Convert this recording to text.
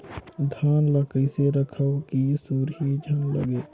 धान ल कइसे रखव कि सुरही झन लगे?